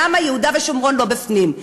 למה יהודה ושומרון לא בפנים.